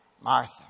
Martha